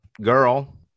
girl